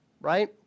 Right